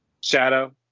Shadow